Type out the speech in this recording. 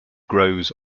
grows